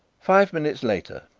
five minutes later,